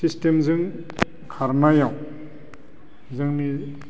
सिस्टेमजों खारनायाव जोंनि